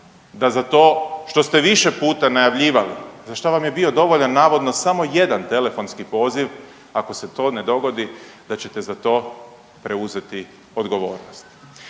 da za to što ste više puta najavljivali za šta vam je bio dovoljan navodno samo jedan telefonski poziv ako se to ne dogodi da ćete za to preuzeti odgovornost.